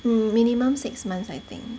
mm minimum six months I think